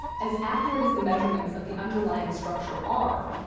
as accurate as the measurements of the underlying structure are,